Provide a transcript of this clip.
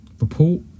report